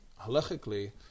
halachically